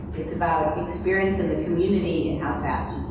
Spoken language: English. it's about experience in the community and how fast